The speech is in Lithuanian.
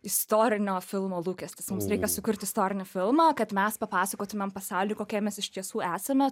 istorinio filmo lūkestis mums reikia sukurt istorinį filmą kad mes papasakotumėm pasauliui kokie mes iš tiesų esame